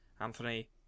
anthony